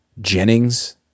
Jennings